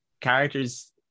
characters